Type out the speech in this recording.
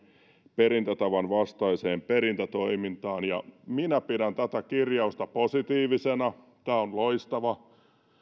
perintätavan vastaiseen perintätoimintaan minä pidän tätä kirjausta positiivisena tämä on loistava